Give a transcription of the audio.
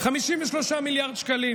53 מיליארד שקלים.